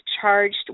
charged